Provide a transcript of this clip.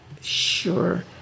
sure